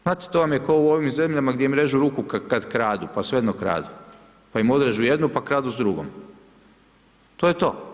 Znate to vam je kao u ovim zemljama gdje im režu ruku kada kradu pa svejedno kradu, pa im odrežu jednu pa kradu s drugom, to je to.